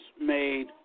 made